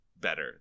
better